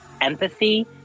empathy